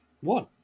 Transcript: One